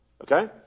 okay